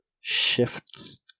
shifts